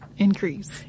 Increase